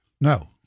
No